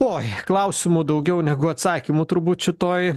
oi klausimų daugiau negu atsakymų turbūt šitoj